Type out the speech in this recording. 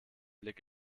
blick